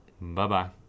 Bye-bye